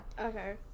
okay